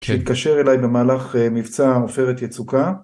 שהתקשר אליי במהלך מבצע עופרת יצוקה.